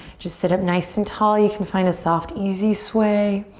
just sit up nice and tall, you can find a soft, easy sway.